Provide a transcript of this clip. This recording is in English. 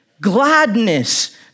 gladness